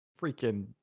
Freaking